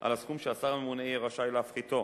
על הסכום שהשר הממונה יהיה רשאי להפחיתו.